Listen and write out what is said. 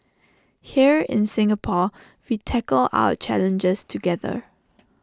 here in Singapore we tackle our challenges together